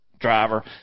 driver